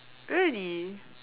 really